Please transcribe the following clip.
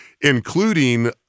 including